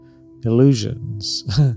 illusions